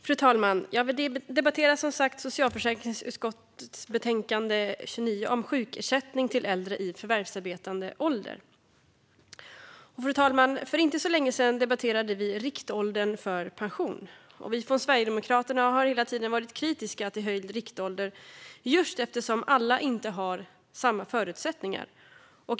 Fru talman! Vi debatterar nu socialförsäkringsutskottets betänkande 29 om sjukersättning till äldre i förvärvsarbetande ålder. Fru talman! För inte så länge sedan debatterade vi riktåldern för pension. Vi från Sverigedemokraterna har hela tiden varit kritiska till höjd riktålder just eftersom alla inte har samma förutsättningar.